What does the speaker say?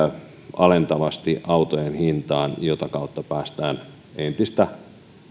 alentavasti autojen hintaan mitä kautta päästään entistä